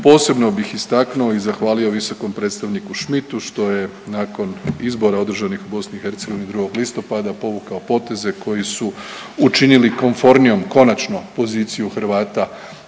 Posebno bih istaknuo i zahvalio visokom predstavniku Schmidtu što je nakon izbora održanih u BiH 2. listopada povukao poteze koji su učinili komfornijom konačno poziciju Hrvata u